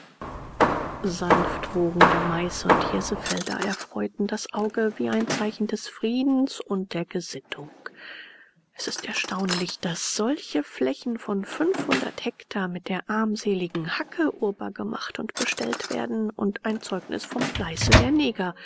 sanft wogende mais und hirsefelder erfreuten das auge wie ein zeichen des friedens und der gesittung es ist erstaunlich daß solche flächen von fünfhundert hektar mit der armseligen hacke urbar gemacht und bestellt werden und ein zeugnis vom fleiße der neger